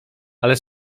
ale